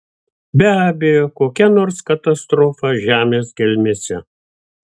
be abejo kokia nors katastrofa žemės gelmėse